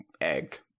egg